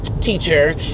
teacher